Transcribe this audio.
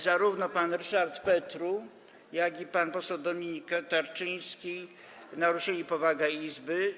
Zarówno pan Ryszard Petru, jak i pan poseł Dominik Tarczyński naruszyli powagę Izby.